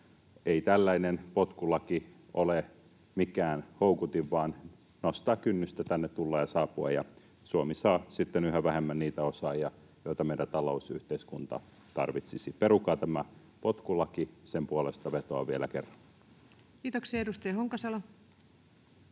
ei tällainen potkulaki ole mikään houkutin vaan nostaa kynnystä tänne tulla ja saapua, ja Suomi saa sitten yhä vähemmän niitä osaajia, joita meidän talous ja yhteiskunta tarvitsisivat. Perukaa tämä potkulaki. Sen puolesta vetoan vielä kerran. [Speech 247] Speaker: